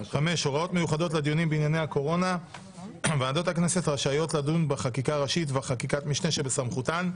5. ועדות הכנסת רשאיות לדון בחקיקה ראשית וחקיקת משנה שבסמכותן,